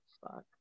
Fuck